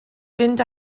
fynd